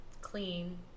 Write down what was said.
clean